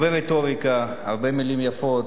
הרבה רטוריקה, הרבה מלים יפות,